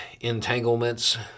entanglements